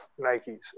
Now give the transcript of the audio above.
Nikes